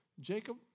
Jacob